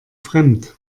fremd